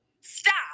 Stop